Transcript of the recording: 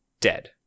dead